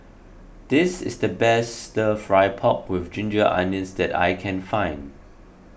this is the best Stir Fry Pork with Ginger Onions that I can find